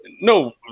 no